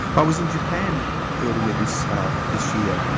i was in japan earlier this this year